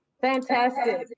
fantastic